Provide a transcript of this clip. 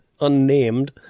unnamed